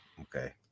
Okay